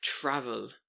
travel